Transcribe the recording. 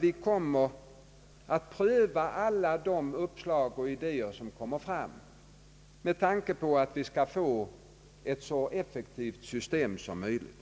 Vi kommer att pröva alla de uppslag och idéer som vi får i syfte att åstadkomma ett så effektivt system som möjligt.